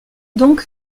donc